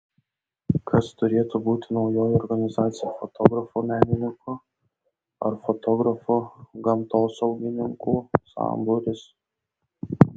kas turėtų būti naujoji organizacija fotografų menininkų ar fotografų gamtosaugininkų sambūris